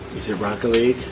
is it rocket league?